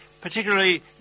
particularly